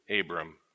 Abram